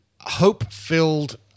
hope-filled